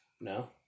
No